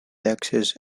taxes